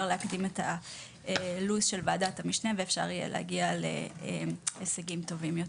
יהיה להקדים את הלו"ז של ועדת המשנה ולהגיע להישגים טובים יותר.